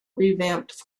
revamped